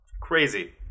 Crazy